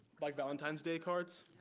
like valentine's day cards.